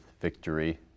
victory